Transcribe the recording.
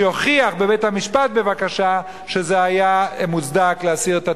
שיוכיח בבית-המשפט בבקשה שזה היה מוצדק להסיר את התגים,